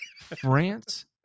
France